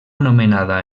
anomenada